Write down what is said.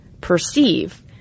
perceive